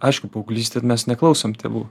aišku paauglystėj mes neklausom tėvų